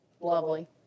Lovely